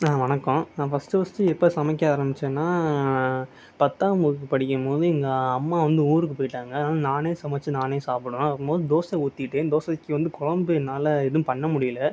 வணக்கோம் நான் first first எப்போ சமைக்க ஆரம்மிச்சன்னா பத்தாம் வகுப்பு படிக்கும் போது எங்கள் அம்மா வந்து ஊருக்கு போயிட்டாங்கள் அதனால் நானே சமைச்சு நானே சாப்படனுங்கும் போது தோசை ஊத்திட்டே தோசைக்கு வந்து குழம்பு என்னால் எதுவும் பண்ண முடியல